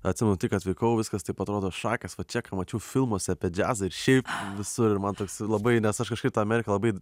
atsimenu tik atvykau viskas taip atrodo šakės va čia ką mačiau filmuose apie džiazą ir šiaip visur ir man toks labai nes aš kažkaip tą ameriką labai